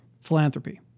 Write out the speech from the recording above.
philanthropy